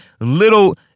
little